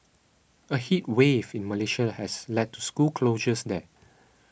a heat wave in Malaysia has led to school closures there